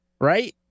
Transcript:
right